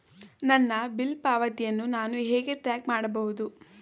ನನ್ನ ಬಿಲ್ ಪಾವತಿಯನ್ನು ನಾನು ಹೇಗೆ ಟ್ರ್ಯಾಕ್ ಮಾಡಬಹುದು?